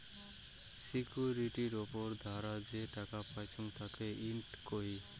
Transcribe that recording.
সিকিউরিটির উপর ধারা যে টাকা পাইচুঙ তাকে ইল্ড কহি